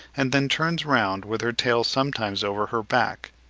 and then turns round with her tail sometimes over her back,